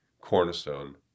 cornerstone